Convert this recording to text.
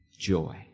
Joy